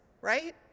right